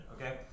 okay